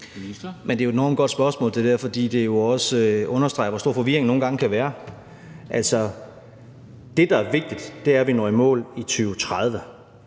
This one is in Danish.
Det er jo et enormt godt spørgsmål, fordi det jo også understreger, hvor stor forvirringen nogle gange kan være. Altså, det, der er vigtigt, er, at vi når i mål i 2030.